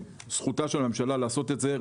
זכותה של ממשלה לעשות את זה,